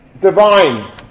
divine